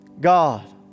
God